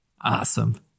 Awesome